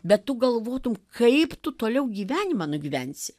bet tu galvotum kaip tu toliau gyvenimą nugyvensi